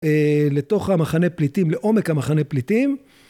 לתוך המחנה פליטים לעומק המחנה פליטים